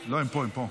לא, הם פה.